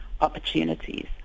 opportunities